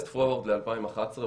נלך קדימה לשנת 2011,